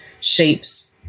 shapes